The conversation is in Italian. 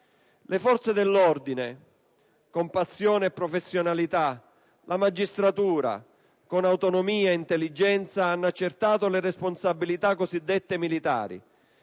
Le forze dell'ordine, con passione e professionalità, la magistratura, con autonomia e intelligenza, hanno accertato le responsabilità cosiddette militari: